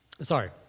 Sorry